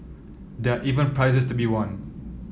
there are even prizes to be won